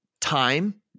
time